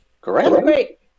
Great